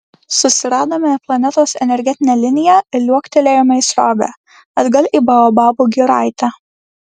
susiradome planetos energetinę liniją ir liuoktelėjome į srovę atgal į baobabų giraitę